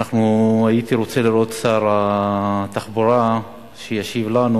הייתי רוצה לראות את שר התחבורה שישיב לנו,